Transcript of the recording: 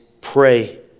pray